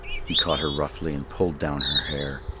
he caught her roughly and pulled down her hair.